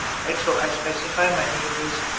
right? so i specify my name is,